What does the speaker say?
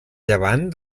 llevant